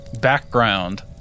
background